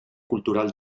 cultural